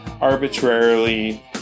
arbitrarily